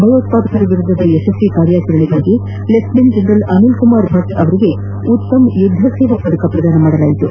ಭಯೋತ್ವಾದಕರ ವಿರುದ್ಲದ ಯಶಸ್ತಿ ಕಾರ್ಯಾಚರಣೆಗಾಗಿ ಲೆಫ್ಲಿನೆಂಟ್ ಜನರಲ್ ಅನಿಲ್ಕುಮಾರ್ ಭಚ್ ಅವರಿಗೆ ಉತ್ತಮ್ ಯುದ್ಗೆ ಸೇವಾ ಪದಕ ಪ್ರಧಾನ ಮಾಡಲಾಯಿತು